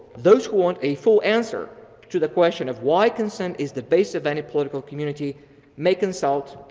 those who want a full answer to the question of why consent is the base of any political community may consult,